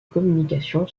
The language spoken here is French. communication